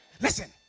Listen